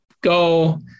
go